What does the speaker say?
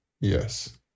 Yes